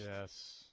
Yes